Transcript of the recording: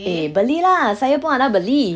eh beli lah saya pun ada beli